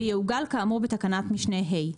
ויעוגל כאמור בתקנת משנה (ה).